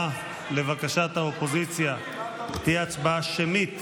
לבקשת האופוזיציה, ההצבעה תהיה שמית.